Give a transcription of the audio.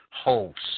Hosts